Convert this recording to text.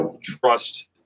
trust